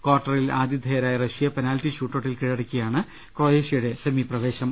കാർട്ടറിൽ ആതിഥേയരായ റഷ്യയെ പെനാൽട്ടി ഷൂട്ടൌട്ടിൽ കീഴടക്കിയാണ് ക്രൊയേ ഷ്യയുടെ സെമി പ്രവേശനം